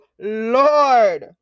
Lord